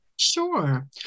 Sure